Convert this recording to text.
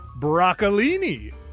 broccolini